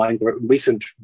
recent